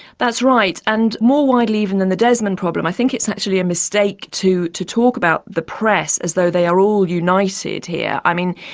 that's right, and more widely even than the desmond problem i think it's actually a mistake to to talk about the press as though they are all united here. i mean,